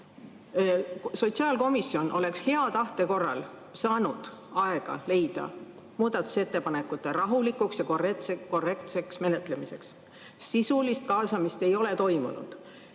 Sotsiaalkomisjon oleks hea tahte korral saanud leida aega muudatusettepanekute rahulikuks ja korrektseks menetlemiseks. Sisulist kaasamist ei ole toimunud.